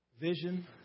vision